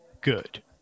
good